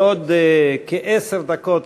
בעוד כעשר דקות,